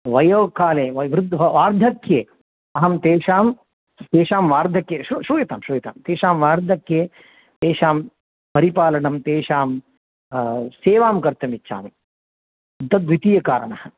वयोकाले वृद्धो वार्धक्ये अहं तेषां तेषां वार्धक्ये श्रु श्रूयतां श्रूयतां तेषां वार्धक्ये तेषां परिपालनं तेषां सेवां कर्तुमिच्छामि तद्द्वितीयकारणः